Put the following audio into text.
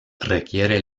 requiere